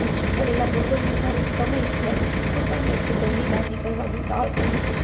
નિશ્ચિત કરેલા પૂર્વનિર્ધારિત સમય સિવાય કોઈ પણ વ્યક્તિ ઘરની બહાર નીકળવાનું ટાળતું હતું